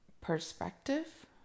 Perspective